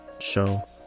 show